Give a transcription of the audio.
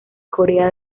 corea